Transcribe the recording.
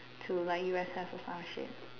to like U_S_S or some shit